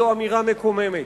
זאת אמירה מקוממת.